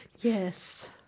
Yes